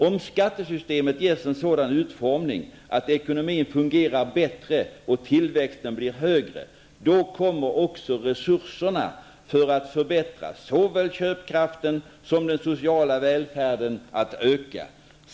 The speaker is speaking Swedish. Om skattesystemet ges en sådan utformning, att ekonomin fungerar bättre och tillväxten blir högre, då kommer också resurserna för att förbättra såväl köpkraften som den sociala välfärden att öka.